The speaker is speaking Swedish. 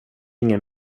ingen